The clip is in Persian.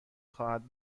خواهد